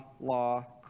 law